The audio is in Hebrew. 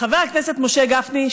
חבר הכנסת משה גפני,